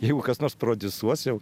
jeigu kas nors prodiusuos jau